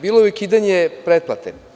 Bilo je i ukidanje pretplate.